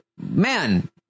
man